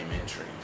entry